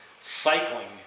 Cycling